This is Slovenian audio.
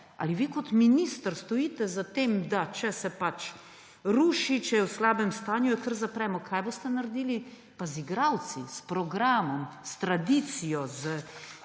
Ali vi kot minister stojite za tem, da če se pač ruši, če je v slabem stanju, jo kar zapremo? Kaj boste naredili pa z igralci, s programom, s tradicijo,